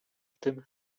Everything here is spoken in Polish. tym